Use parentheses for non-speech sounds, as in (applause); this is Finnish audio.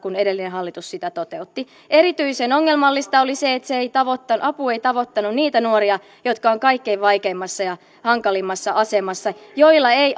kuin edellinen hallitus sitä toteutti erityisen ongelmallista oli se että se apu ei tavoittanut niitä nuoria jotka ovat kaikkein vaikeimmassa ja hankalimmassa asemassa joilla ei (unintelligible)